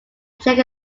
check